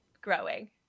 growing